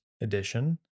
edition